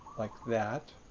like that.